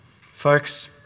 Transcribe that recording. folks